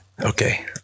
Okay